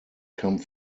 come